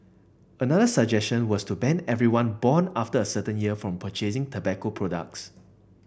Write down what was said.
another suggestion was to ban everyone born after a certain year from purchasing tobacco products